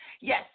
Yes